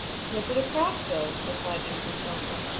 snipper the crossbill, replied jumper promptly.